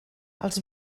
els